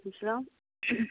وعلیکم سلام